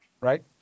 Right